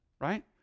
Right